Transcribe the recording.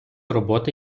роботи